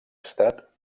estat